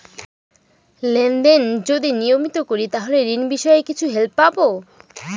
Lane দেন যদি নিয়মিত করি তাহলে ঋণ বিষয়ে কিছু হেল্প পাবো?